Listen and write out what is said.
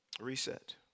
Reset